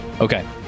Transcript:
Okay